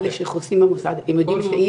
שחוסים יודעים במוסד יודעים שהיא --- כן,